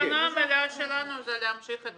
הכוונה המלאה שלנו היא להמשיך את